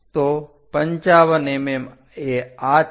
તો 55 mm એ આ છે